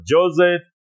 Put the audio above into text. Joseph